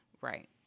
Right